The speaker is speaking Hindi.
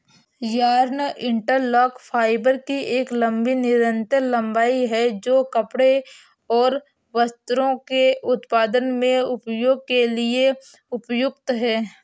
यार्न इंटरलॉक फाइबर की एक लंबी निरंतर लंबाई है, जो कपड़े और वस्त्रों के उत्पादन में उपयोग के लिए उपयुक्त है